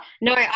No